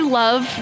love